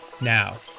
Now